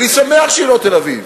ואני שמח שהיא לא תל-אביב,